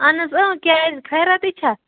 اہن حظ کیٛازِ خیریَتٕے چھا